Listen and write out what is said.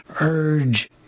urge